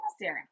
Sarah